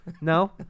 No